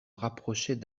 rapprochait